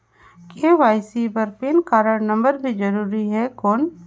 KYC बर PAN card number भी जरूरी हे कौन?